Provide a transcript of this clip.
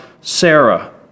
Sarah